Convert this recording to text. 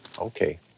Okay